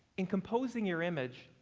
in composing your image,